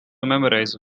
memorize